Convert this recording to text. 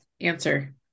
answer